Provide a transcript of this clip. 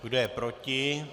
Kdo je proti?